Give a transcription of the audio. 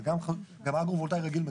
גם פוטו-וולטאי רגיל מקבל.